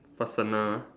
personal